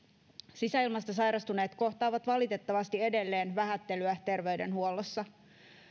sisäilmasta sairastuneet kohtaavat valitettavasti edelleen vähättelyä terveydenhuollossa